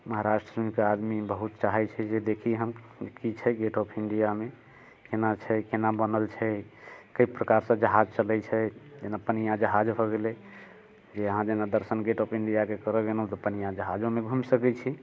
महाराष्ट्र सुनिके आदमी बहुत चाहैत छै जे देखी हम ओ की छै गेट ऑफ इण्डियामे केना छै केना बनल छै कै प्रकार से जहाज सटैत छै जेना पनिआ जहाज भऽ गेलै जे अहाँ जेना दर्शन गेट ऑफ इण्डिया के करऽ गेलहुँ तऽ पनिआ जहाजोमे घूमि सकैत छी